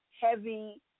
heavy